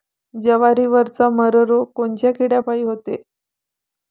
जवारीवरचा मर रोग कोनच्या किड्यापायी होते?